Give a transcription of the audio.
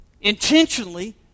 intentionally